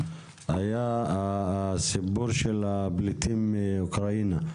היה הסיפור של הפליטים מאוקראינה.